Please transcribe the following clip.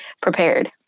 prepared